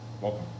Welcome